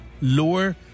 lower